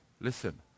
listen